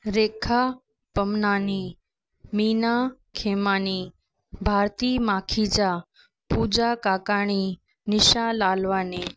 Rekha Pamnani Meena Khemani Bharti Makhija Pooja Kakani Nisha Lalwani